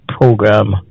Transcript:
program